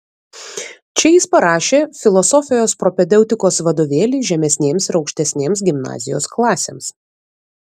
čia jis parašė filosofijos propedeutikos vadovėlį žemesnėms ir aukštesnėms gimnazijos klasėms